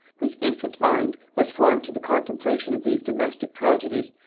whose infant mind was formed to the contemplation of these domestic tragedies,